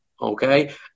okay